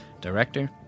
director